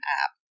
app